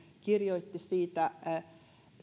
kirjoitti siitä